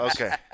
Okay